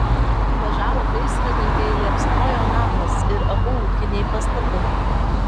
kol atvažiavo gaisrininkai liepsnojo namas ir abu ūkiniai pastatai